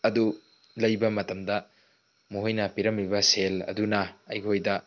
ꯑꯗꯨ ꯂꯩꯕ ꯃꯇꯝꯗ ꯃꯈꯣꯏꯅ ꯄꯤꯔꯝꯂꯃꯤꯕ ꯁꯦꯜ ꯑꯗꯨꯅ ꯑꯩꯈꯣꯏꯗ